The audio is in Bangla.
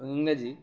ইংরেজি